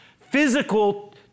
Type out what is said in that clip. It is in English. physical